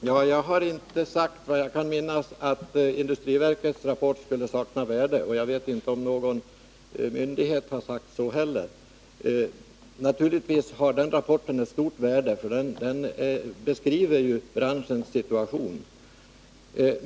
Fru talman! Vad jag kan minnas har jag inte sagt att industriverkets rapport skulle sakna värde. Inte heller vet jag om någon myndighet har sagt så. Naturligtvis har den rapporten ett stort värde, för den beskriver ju gummibranschens situation.